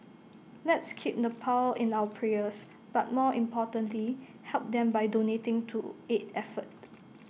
let's keep Nepal in our prayers but more importantly help them by donating to aid effort